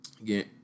again